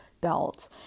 belt